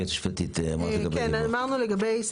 היועצת המשפטית, אמרת לגבי דיווח.